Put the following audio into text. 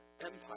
empire